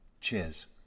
Cheers